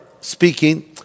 speaking